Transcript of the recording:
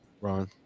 Ron